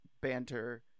banter